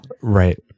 Right